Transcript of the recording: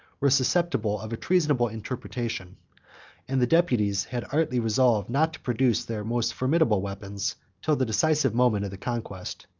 were susceptible of a treasonable interpretation and the deputies had artfully resolved not to produce their most formidable weapons till the decisive moment of the contest.